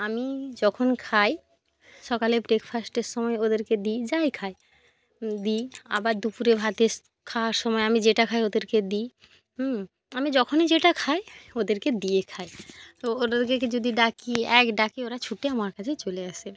আমি যখন খাই সকালে ব্রেকফাস্টের সময় ওদেরকে দিই যাই খাই দিই আবার দুপুরে ভাতে খাওয়ার সময় আমি যেটা খাই ওদেরকে দিই হুম আমি যখনই যেটা খাই ওদেরকে দিয়ে খাই তো ওদেরকে যদি ডাকি এক ডাকে ওরা ছুটে আমার কাছে চলে আসে